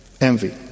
Envy